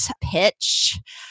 pitch